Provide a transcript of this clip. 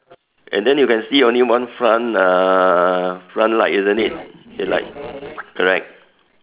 and then you can see only one front uh front light isn't it headlight correct